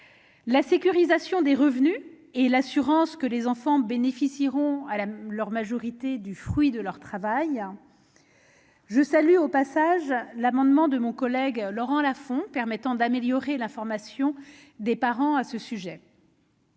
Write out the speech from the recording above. la sécurisation des revenus et à la garantie que les enfants bénéficieront, à leur majorité, du fruit de leur travail. Je salue, au passage, l'amendement de mon collègue Laurent Lafon visant à améliorer l'information des parents à ce sujet.